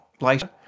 later